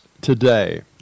today